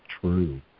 true